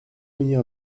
venir